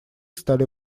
стали